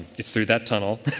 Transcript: is through that tunnel.